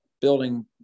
building